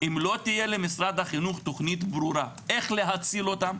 אם לא תהיה למשרד החינוך תכנית ברורה איך להציל אותם,